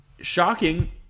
shocking